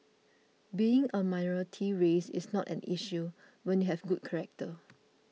being a minority race is not an issue when you have good character